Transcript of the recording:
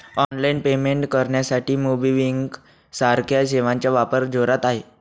online payment करण्यासाठी MobiKwik सारख्या सेवांचा वापर जोरात आहे